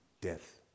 death